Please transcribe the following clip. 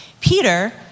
Peter